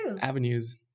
avenues